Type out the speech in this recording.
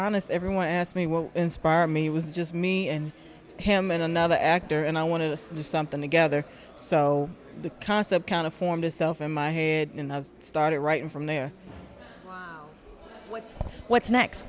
honest everyone asked me what inspire me was just me and him and another actor and i want to do something together so the concept kind of formed itself in my head and i started writing from there what's